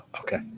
okay